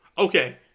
Okay